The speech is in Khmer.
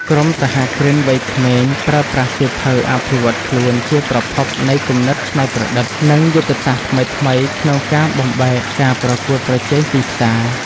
ក្រុមសហគ្រិនវ័យក្មេង ប្រើប្រាស់សៀវភៅអភិវឌ្ឍខ្លួនជាប្រភពនៃគំនិតច្នៃប្រឌិត និងយុទ្ធសាស្ត្រថ្មីៗក្នុងការបំបែកការប្រកួតប្រជែងទីផ្សារ។